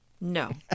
No